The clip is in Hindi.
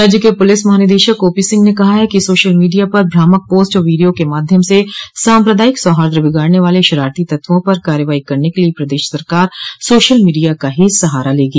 राज्य के पुलिस महानिदेषक ओपी सिंह ने कहा है कि सोषल मीडिया पर भ्रामक पोस्ट और वीडियो के माध्यम से साम्प्रदायिक सौहार्द बिगाड़ने वाले षरारती तत्वों पर कार्रवाई करने के लिए प्रदेष सरकार सोषल मीडिया का ही सहारा लेगी